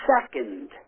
second